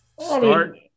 start